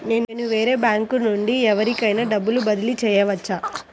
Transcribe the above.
నేను వేరే బ్యాంకు నుండి ఎవరికైనా డబ్బు బదిలీ చేయవచ్చా?